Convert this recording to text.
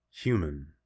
human